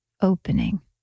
opening